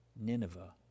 Nineveh